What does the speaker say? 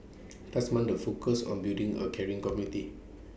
last month the focus on building A caring community